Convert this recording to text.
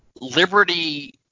Liberty